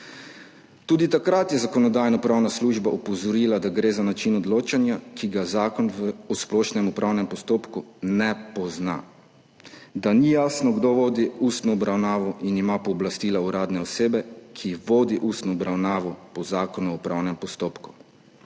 Tudi takrat je Zakonodajno-pravna služba opozorila, da gre za način odločanja, ki ga Zakon o splošnem upravnem postopku ne pozna, da ni jasno, kdo vodi ustno obravnavo in ima pooblastila uradne osebe, ki vodi ustno obravnavo po Zakonu o upravnem postopku,